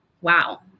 wow